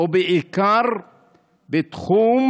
ובעיקר בתחום